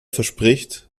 verspricht